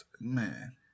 Man